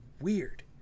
weird